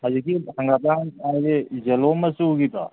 ꯍꯧꯖꯤꯛꯀꯤ ꯍꯪꯒꯥꯝꯄꯥꯟ ꯍꯥꯏꯗꯤ ꯌꯦꯜꯂꯣ ꯃꯆꯨꯒꯤꯗꯣ